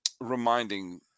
reminding